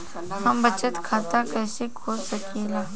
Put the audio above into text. हम बचत खाता कईसे खोल सकिला?